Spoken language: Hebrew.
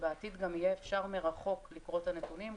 כשבעתיד גם יהיה אפשר מרחוק לקרוא את הנתונים.